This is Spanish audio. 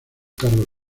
cargos